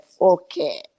okay